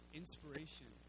inspiration